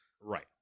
Right